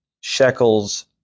shekels